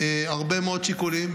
הרבה מאוד שיקולים.